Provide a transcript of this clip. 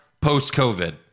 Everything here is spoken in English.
post-COVID